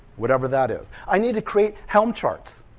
whatever that is. i need to create helm charts.